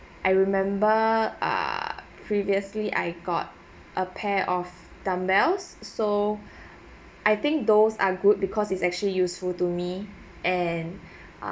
I remember ah previously I got a pair of dumbbells so I think those are good because it's actually useful to me and